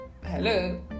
hello